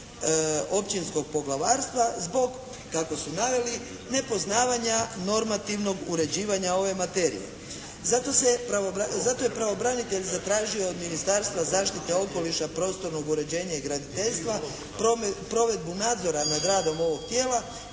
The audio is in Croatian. općinskog poglavarstva zbog kako su naveli, nepoznavanja normativnog uređivanja ove materije. Zato je pravobranitelj zatražio od Ministarstva za zaštitu okoliša, prostornog uređenja i graditeljstva provedbu nadzora nad radom ovog tijela